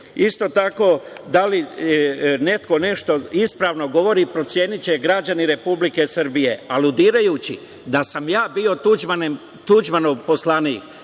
tako, da li neko nešto ispravno govori, proceniće građani Republike Srbije, aludirajući da sam ja bi Tuđmanov poslanik,